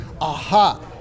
aha